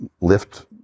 lift